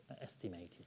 estimated